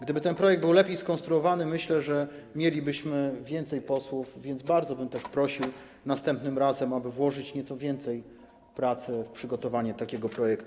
Gdyby ten projekt był lepiej skonstruowany, myślę, że mielibyśmy więcej posłów, więc bardzo bym prosił, aby następnym razem włożyć nieco więcej pracy w przygotowanie takiego projektu.